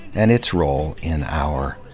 and its role in our,